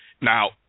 Now